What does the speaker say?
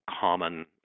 common